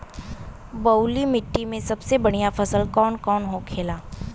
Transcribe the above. बलुई मिट्टी में सबसे बढ़ियां फसल कौन कौन होखेला?